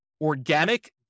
organic